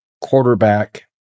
quarterback